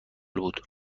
بود